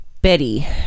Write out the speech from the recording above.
Betty